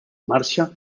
marxa